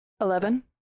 Eleven